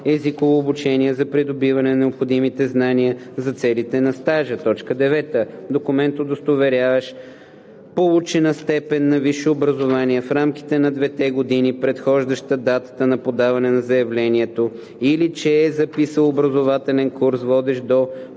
езиково обучение за придобиване на необходимите знания за целите на стажа; 9. документ, удостоверяващ получена степен на висше образование в рамките на двете години, предхождащи датата на подаване на заявлението, или че е записал образователен курс, водещ до